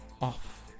off